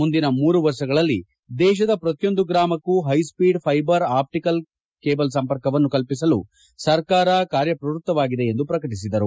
ಮುಂದಿನ ಮೂರು ವರ್ಷಗಳಲ್ಲಿ ದೇಶದ ಪ್ರತಿಯೊಂದು ಗ್ರಾಮಕ್ಕೂ ಹೈಸ್ಲೀಡ್ ಫೈಬರ್ ಆಪ್ಟಿಕಲ್ ಕೇಬಲ್ ಸಂಪರ್ಕವನ್ನು ಕಲ್ಪಿಸಲು ಸರ್ಕಾರ ಕಾರ್ಯಪ್ರವ್ಯತ್ತವಾಗಿದೆ ಎಂದು ಪ್ರಕಟಿಸಿದರು